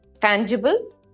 tangible